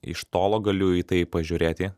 iš tolo galiu į tai pažiūrėti